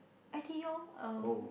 I_T_E orh um